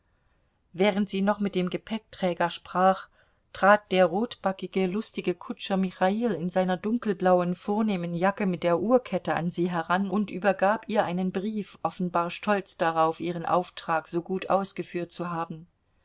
während sie noch mit dem gepäckträger sprach trat der rotbackige lustige kutscher michail in seiner dunkelblauen vornehmen jacke mit der uhrkette an sie heran und übergab ihr einen brief offenbar stolz darauf ihren auftrag so gut ausgeführt zu haben